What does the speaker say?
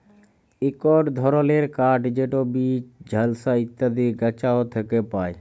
ইকট ধরলের কাঠ যেট বীচ, বালসা ইত্যাদি গাহাচ থ্যাকে পায়